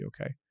okay